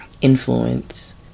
influence